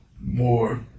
more